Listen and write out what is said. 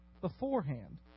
beforehand